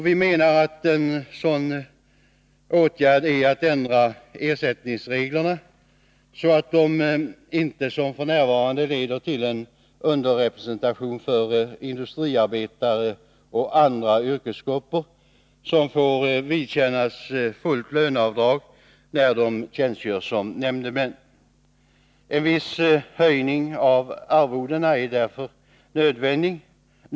Vi menar att en sådan åtgärd är att ändra ersättningsreglerna så att de inte, som f. n., leder till en underrepresentation för industriarbetare och andra yrkesgrupper, som får vidkännas fullt löneavdrag när de tjänstgör som nämndemän. En viss höjning av arvodena är därför nödvändig.